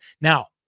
Now